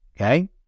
okay